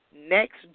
next